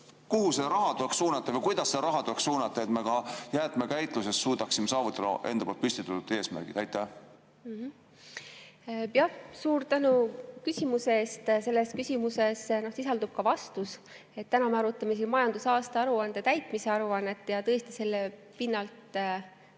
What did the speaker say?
kuhu see raha tuleks suunata või kuidas seda raha tuleks suunata, et me ka jäätmekäitluses suudaksime saavutada enda püstitatud eesmärgid? Suur tänu küsimuse eest! Selles küsimuses sisaldub ka vastus. Täna me arutame siin majandusaasta aruande täitmise aruannet, ja tõesti, selle pinnalt,